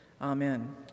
Amen